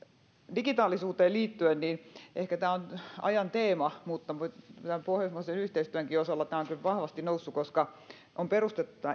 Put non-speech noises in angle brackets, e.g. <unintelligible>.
digitaalisuuteen liittyen ehkä tämä on ajan teema mutta pohjoismaisen yhteistyönkin osalta tämä on kyllä vahvasti noussut koska on perustettu <unintelligible>